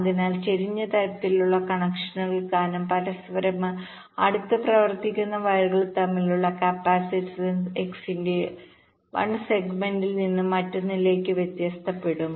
അതിനാൽ ചരിഞ്ഞ തരത്തിലുള്ള കണക്ഷൻ കാരണം പരസ്പരം അടുത്ത് പ്രവർത്തിക്കുന്ന വയറുകൾ തമ്മിലുള്ള കപ്പാസിറ്റൻസ് X ന്റെ 1 സെഗ്മെന്റിൽ നിന്ന് മറ്റൊന്നിലേക്ക് വ്യത്യാസപ്പെടും